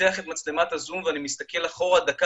פותח את מצלמת הזום ומסתכל אחורה דקה